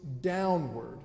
downward